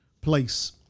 place